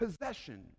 possession